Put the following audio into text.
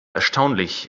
erstaunlich